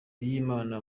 ry’imana